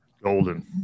Golden